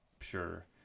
sure